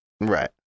Right